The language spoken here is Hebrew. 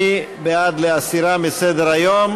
מי בעד להסירה מסדר-היום?